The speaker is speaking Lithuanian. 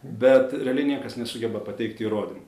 bet realiai niekas nesugeba pateikti įrodymų